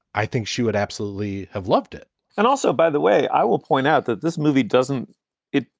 i think she would absolutely have loved it and also, by the way, i will point out that this movie, doesn't it?